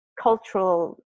cultural